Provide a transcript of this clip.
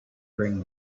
bring